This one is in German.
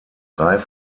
drei